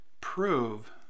prove